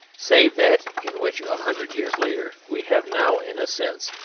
save that in which a hundred years later, we have now, in a sense,